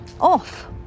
off